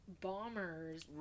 bombers